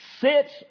sits